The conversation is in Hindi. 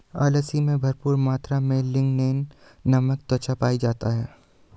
अलसी में भरपूर मात्रा में लिगनेन नामक तत्व पाया जाता है